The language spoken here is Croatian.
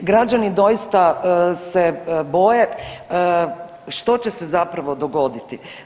Građani doista se boje što će se zapravo dogoditi.